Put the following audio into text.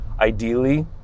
ideally